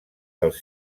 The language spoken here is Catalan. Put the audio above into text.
dels